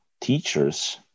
teachers